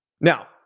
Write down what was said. Now